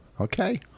Okay